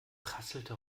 prasselte